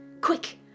Quick